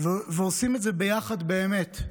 ועושים את זה ביחד באמת.